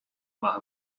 maith